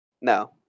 No